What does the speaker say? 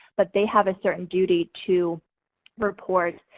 but they have a certain duty to report,